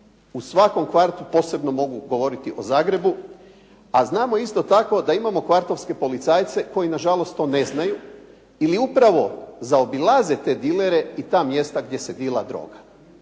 U svakom kvartu, posebno mogu govoriti o Zagrebu. A znamo da isto tako imamo kvartovske policajce koji nažalost to ne znaju i upravo zaobilaze te dilere i ta mjesta gdje se dila droga.